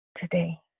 today